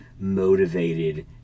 motivated